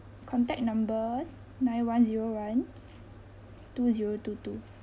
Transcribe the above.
contact number nine one zero one two zero two two